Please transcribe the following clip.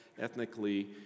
ethnically